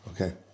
Okay